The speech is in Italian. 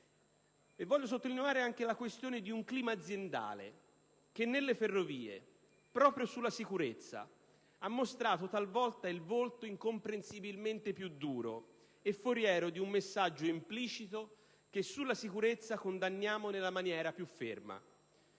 Desidero sottolineare anche la questione del clima aziendale, che nelle ferrovie, proprio sulla sicurezza, ha mostrato, talvolta, il volto incomprensibilmente più duro e foriero di un messaggio implicito che sulla sicurezza condanniamo nella maniera più ferma.